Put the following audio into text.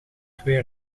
twee